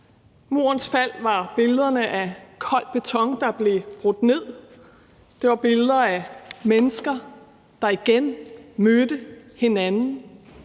Murens fald var billederne af kold beton, der blev brudt ned, det var billeder af mennesker, der igen mødte hinanden,